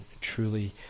truly